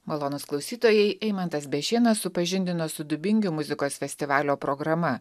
malonūs klausytojai eimantas bešėnas supažindino su dubingių muzikos festivalio programa